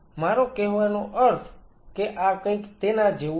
મારો કહેવાનો અર્થ કે આ કંઈક તેના જેવું છે